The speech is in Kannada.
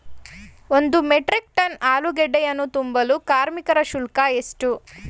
ಒಂದು ಮೆಟ್ರಿಕ್ ಟನ್ ಆಲೂಗೆಡ್ಡೆಯನ್ನು ತುಂಬಲು ಕಾರ್ಮಿಕರ ಶುಲ್ಕ ಎಷ್ಟು?